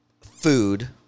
Food